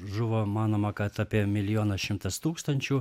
žuvo manoma kad apie milijonas šimtas tūkstančių